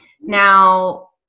Now